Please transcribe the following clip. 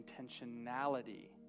intentionality